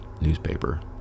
newspaper